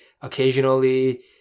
occasionally